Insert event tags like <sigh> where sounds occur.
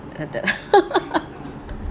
at that <laughs>